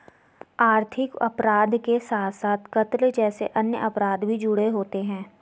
आर्थिक अपराध के साथ साथ कत्ल जैसे अन्य अपराध भी जुड़े होते हैं